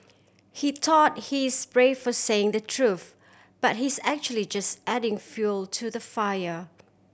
he thought he's brave for saying the truth but he's actually just adding fuel to the fire